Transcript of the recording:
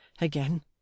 Again